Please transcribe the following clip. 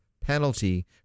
penalty